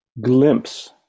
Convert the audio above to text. glimpse